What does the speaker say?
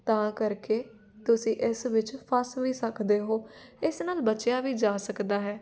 ਤਾਂ ਕਰਕੇ ਤੁਸੀਂ ਇਸ ਵਿੱਚ ਫਸ ਵੀ ਸਕਦੇ ਹੋ ਇਸ ਨਾਲ ਬਚਿਆ ਵੀ ਜਾ ਸਕਦਾ ਹੈ